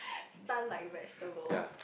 stunt like vegetable